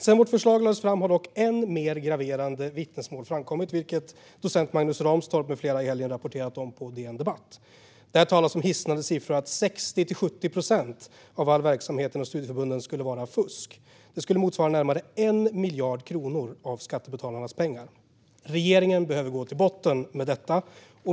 Sedan vårt förslag lades fram har dock ännu mer graverande vittnesmål framkommit, vilket docent Magnus Ranstorp med flera rapporterade om i helgen på DN Debatt. Det talas om hisnande siffror - att 60-70 procent av all verksamhet inom studieförbunden skulle vara fusk. Det motsvarar närmare 1 miljard kronor av skattebetalarnas pengar. Regeringen behöver gå till botten med detta.